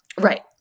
Right